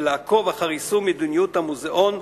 ולעקוב אחר יישום מדיניות המוזיאון,